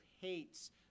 hates